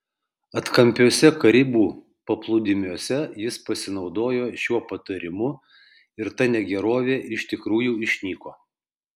atkampiuose karibų paplūdimiuose jis pasinaudojo šiuo patarimu ir ta negerovė iš tikrųjų išnyko